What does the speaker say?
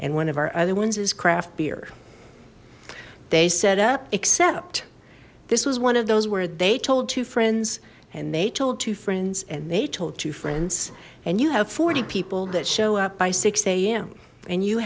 and one of our other ones is craft beer they set up except this was one of those were they told two friends and they told two friends and they told two friends and you have forty people that show up by six zero a m and you